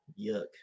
yuck